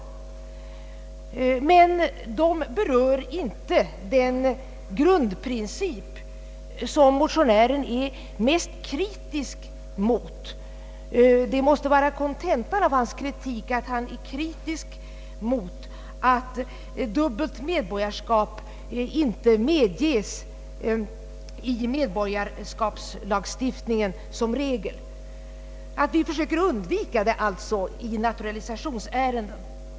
Men dessa reformer berör inte den grundprincip, som motionären är mest kritisk mot, ty det måste vara kontentan av hans kritik, att dubbelt medborgarskap som regel inte medges och att vi försöker undvika det i naturalisationsärenden.